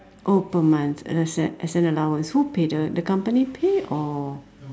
oh per month as an as an allowance who pay the the company pay or